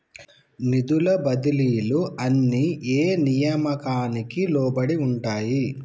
నిధుల బదిలీలు అన్ని ఏ నియామకానికి లోబడి ఉంటాయి?